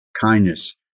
kindness